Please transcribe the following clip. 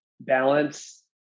balance